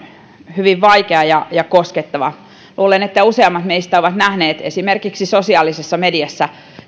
hyvin vaikea ja ja koskettava luulen että useimmat meistä ovat nähneet esimerkiksi sosiaalisessa mediassa